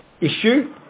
issue